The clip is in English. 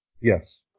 Yes